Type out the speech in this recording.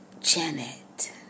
Janet